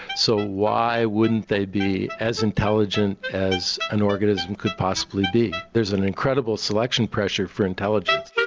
so why wouldn't they be as intelligent as an organism could possibly be? there's an incredible selection pressure for intelligence.